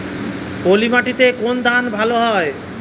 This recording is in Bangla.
পলিমাটিতে কোন ধান ভালো হয়?